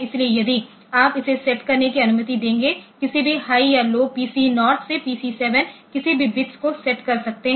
इसलिए यदि आप इसे सेट करने की अनुमति देंगे किसी भी हाई या लौ पीसी 0 से पीसी 7 किसी भी बिट्स को सेट कर सकते हैं